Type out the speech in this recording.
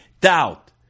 doubt